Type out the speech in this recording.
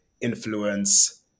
influence